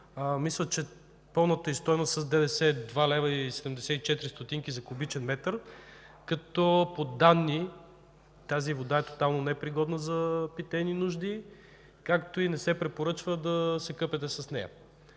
Мисля, че пълната й стойност, с ДДС е 2,74 лв. за куб. м, като по данни тази вода е тотално непригодна за питейни нужди, както и не се препоръчва да се къпете с нея.